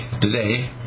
today